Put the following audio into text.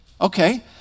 Okay